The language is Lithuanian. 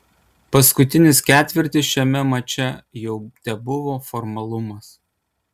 paskutinis ketvirtis šiame mače jau tebuvo formalumas